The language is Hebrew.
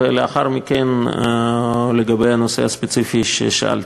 ולאחר מכן לגבי הנושא הספציפי שעליו שאלת.